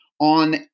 on